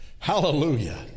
Hallelujah